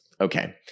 Okay